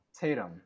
Tatum